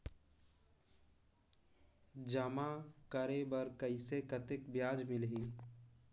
जमा करे बर कइसे कतेक ब्याज मिलही?